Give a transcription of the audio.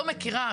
לא מכירה.